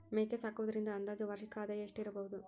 ಮೇಕೆ ಸಾಕುವುದರಿಂದ ಅಂದಾಜು ವಾರ್ಷಿಕ ಆದಾಯ ಎಷ್ಟಿರಬಹುದು?